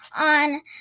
on